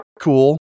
cool